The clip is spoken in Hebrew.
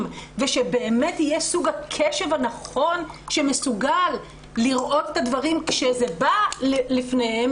ושבאמת יהיה סוג הקשב הנכון שמסוגל לראות את הדברים כשזה בא לפניהם